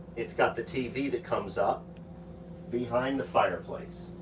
it's got the tv that comes up behind the fireplace.